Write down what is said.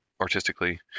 artistically